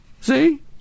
See